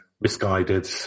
misguided